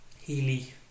Healy